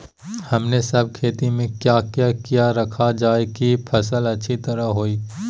हमने सब खेती में क्या क्या किया रखा जाए की फसल अच्छी तरह होई?